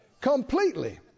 Completely